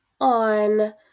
on